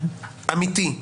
אמיתי.